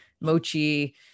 mochi